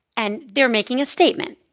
and they're making a statement.